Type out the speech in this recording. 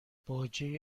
باجه